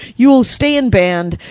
you will stay in band.